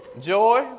Joy